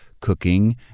cooking